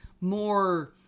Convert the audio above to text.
more